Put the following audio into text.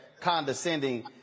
condescending